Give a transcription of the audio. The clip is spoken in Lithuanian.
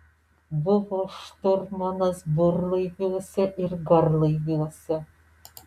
buvo šturmanas burlaiviuose ir garlaiviuose